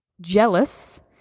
jealous